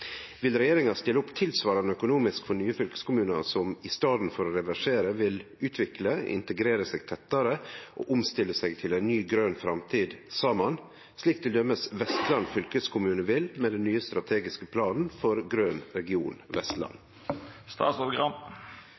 Vil regjeringa stille opp tilsvarande økonomisk for nye fylkeskommunar som i staden for å reversere vil utvikle, integrere seg tettare og omstille seg til ei ny, grøn framtid saman – slik til dømes Vestland fylkeskommune vil med den nye strategiske planen for Grøn Region